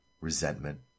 resentment